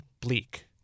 bleak